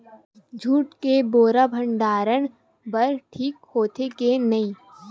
Jute के बोरा भंडारण बर ठीक होथे के नहीं?